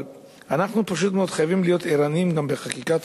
אבל אנחנו פשוט מאוד חייבים להיות ערניים גם בחקיקת